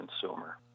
consumer